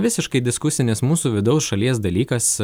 visiškai diskusinis mūsų vidaus šalies dalykas